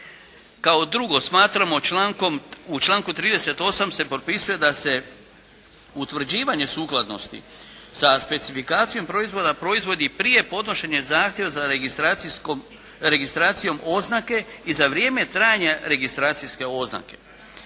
Kao drugo, smatramo u članku 38. se potpisuje da se utvrđivanje sukladnosti sa specifikacijom proizvoda, proizvodi prije podnošenja zahtjeva za registracijom oznake i za vrijeme trajanja registracijske oznake.